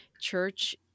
church